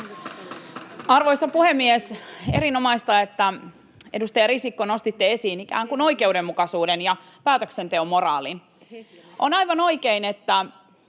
Arvoisa puhemies! Erinomaista, edustaja Risikko, että, nostitte esiin ikään kuin oikeudenmukaisuuden ja päätöksenteon moraalin. On aivan oikein, että